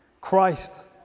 Christ